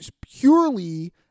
purely